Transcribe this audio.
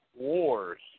wars